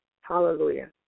Hallelujah